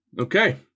okay